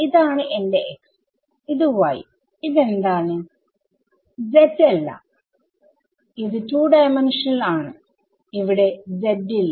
ഇതാണ് എന്റെ x ഇത് y ഇതെന്താണ് z അല്ല ഇത് 2D ആണ് ഇവിടെ z ഇല്ല